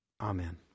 Amen